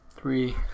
three